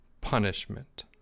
Punishment